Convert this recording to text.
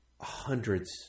hundreds